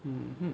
mmhmm